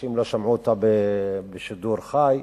אנשים לא שמעו אותה בשידור חי.